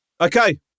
Okay